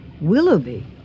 Willoughby